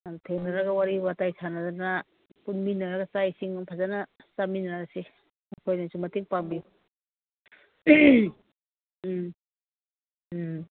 ꯑꯗꯨ ꯊꯦꯡꯅꯔꯒ ꯋꯥꯔꯤ ꯋꯇꯥꯏ ꯁꯥꯟꯅꯔꯗꯅ ꯄꯨꯟꯃꯤꯟꯅꯔꯒ ꯆꯥꯛ ꯏꯁꯤꯡ ꯐꯖꯅ ꯆꯥꯃꯤꯟꯅꯔꯁꯤ ꯅꯈꯣꯏꯅꯁꯨ ꯃꯇꯦꯡ ꯄꯥꯡꯕꯤꯌꯨ ꯎꯝ ꯎꯝ